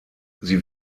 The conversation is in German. sie